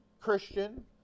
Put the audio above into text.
Christian